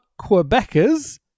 quebecers